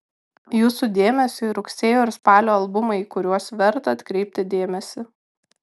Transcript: jūsų dėmesiui rugsėjo ir spalio albumai į kuriuos verta atkreipti dėmesį